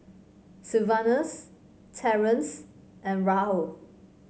Sylvanus Terrence and Raul